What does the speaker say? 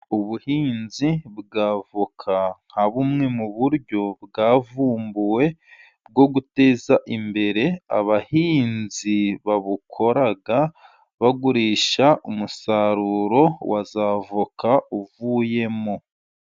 Ubuhinzi bwa avoka nka bumwe mu buryo bwavumbuwe bwo guteza imbere abahinzi, babukora bagurisha umusaruro wa za voka uvuyemo.